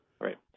right